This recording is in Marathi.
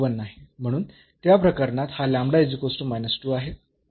म्हणून त्या प्रकरणात हा आहे